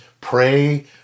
Pray